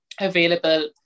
available